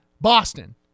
Boston